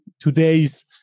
today's